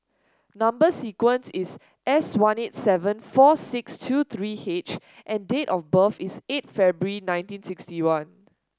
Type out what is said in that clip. number sequence is S one eight seven four six two three H and date of birth is eight February nineteen sixty one